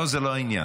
לא, זה לא העניין.